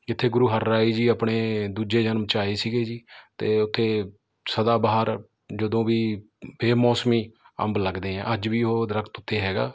ਜਿੱਥੇ ਗੁਰੂ ਹਰਿਰਾਏ ਜੀ ਆਪਣੇ ਦੂਜੇ ਜਨਮ 'ਚ ਆਏ ਸੀਗੇ ਜੀ ਅਤੇ ਉੱਥੇ ਸਦਾਬਹਾਰ ਜਦੋਂ ਵੀ ਬੇਮੌਸਮੀ ਅੰਬ ਲੱਗਦੇ ਆ ਅੱਜ ਵੀ ਉਹ ਦਰੱਖਤ ਉੱਥੇ ਹੈਗਾ